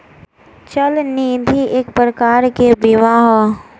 चल निधि एक प्रकार के बीमा ह